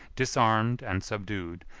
disarmed and subdued,